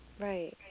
Right